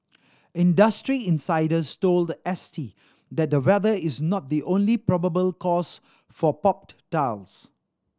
industry insiders told S T that the weather is not the only probable cause for popped tiles